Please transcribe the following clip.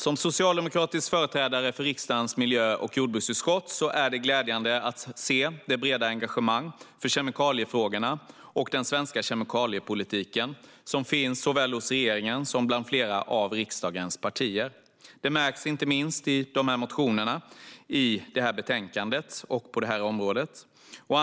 Som socialdemokratisk företrädare för riksdagens miljö och jordbruksutskott är det glädjande att se det breda engagemang i kemikaliefrågorna och den svenska kemikaliepolitiken som finns såväl hos regeringen som hos flera av riksdagens partier. Det märks inte minst i de motioner som behandlas i betänkandet och som finns på detta område.